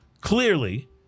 clearly